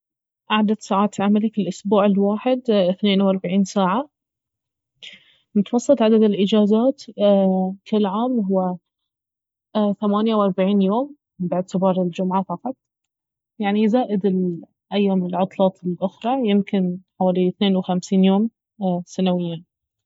عدد ساعات عملي في الأسبوع الواحد اثنين وأربعين ساعة متوسط عدد الاجازات في العام اهو ثمانية وأربعين يوم باعتبار الجمعة فقط يعني زائد الأيام العطلات الأخرى يمكن حوالي اثنين وخمسين سنويا